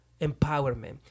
empowerment